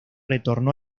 retornó